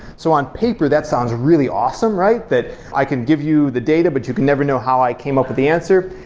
so on paper, that sounds really awesome, right? that i can give you the data, but you can never know how i came up with the answer.